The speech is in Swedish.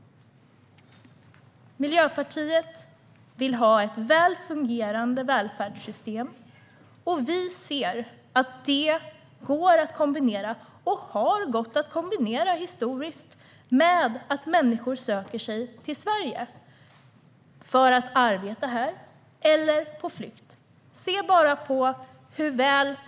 Miljöpartiet vill ha ett väl fungerande välfärdssystem. Vi ser att detta går - och historiskt har gått - att kombinera med att människor söker sig till Sverige för att arbeta här eller kommer hit på flykt.